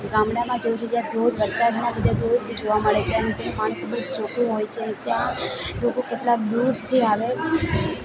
ગામડામાં જવું છે જ્યાં ધોધ વરસાદના લીધે ધોધ જોવા મળે છે અને તે પાણી ખૂબ જ ચોખ્ખું હોય છે અને ત્યાં લોકો કેટલા દૂરથી આવે